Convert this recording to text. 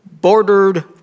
bordered